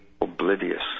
oblivious